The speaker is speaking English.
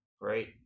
Right